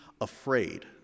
afraid